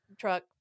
truck